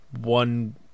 one